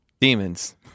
Demons